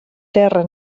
terra